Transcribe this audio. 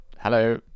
hello